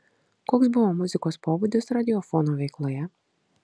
koks buvo muzikos pobūdis radiofono veikloje